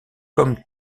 comme